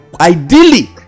ideally